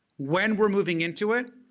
when we're moving into it,